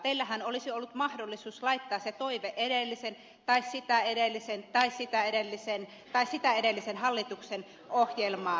teillähän olisi ollut mahdollisuus laittaa se toive edellisen tai sitä edellisen tai sitä edellisen tai sitä edellisen hallituksen ohjelmaan